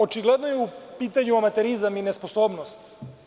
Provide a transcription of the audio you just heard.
Očigledno je u pitanju amaterizam i sposobnost.